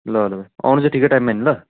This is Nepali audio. ल ल भाइ आउनु चाहिँ ठिकै टाइममा हिँड्नु ल